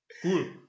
Cool